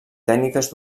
tècniques